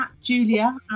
julia